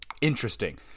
interesting